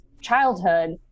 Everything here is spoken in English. childhood